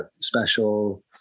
special